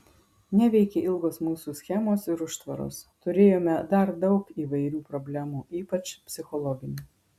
neveikė ilgos mūsų schemos ir užtvaros turėjome dar daug įvairių problemų ypač psichologinių